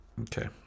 Okay